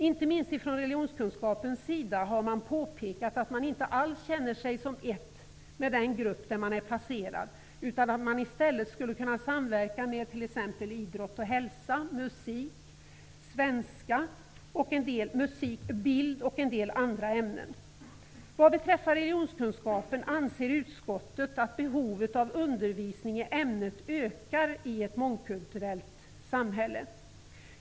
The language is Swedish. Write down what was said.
Inte minst från religionskunskapens sida har man påpekat att man inte alls känner sig som ett med den grupp där man är placerad, utan man skulle i stället kunna samverka med idrott och hälsa, musik, svenska, bild och en del andra ämnen. Vad beträffar religionskunskapen anser utskottet att behovet av undervisning i ämnet ökar i ett mångkulturellt samhälle.